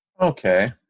Okay